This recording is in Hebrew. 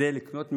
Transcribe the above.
כדי לקנות מגרש,